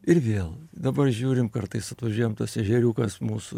ir vėl dabar žiūrim kartais atvažiuojam tas ežeriukas mūsų